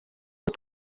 het